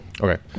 Okay